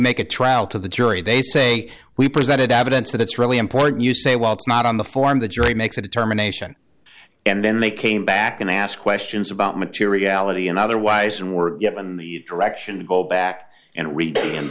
make a trial to the jury they say we presented evidence that it's really important you say well it's not on the form the jury makes a determination and then they came back and ask questions about materiality and otherwise and were given the direction to go back and read and